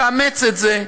תאמץ את זה,